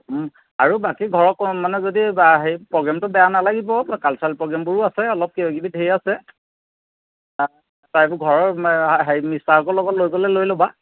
আৰু বাকী ঘৰৰ মানে যদি হেই প্ৰগ্ৰেমটো বেয়া নালাগিব কালচাৰেল প্ৰগ্ৰেমবোৰো আছে অলপ কিবাকিবি ঢেৰ আছে আটাইবোৰ ঘৰৰ হেৰি মিষ্টাৰকো লগত লৈ গ'লে লৈ ল'বা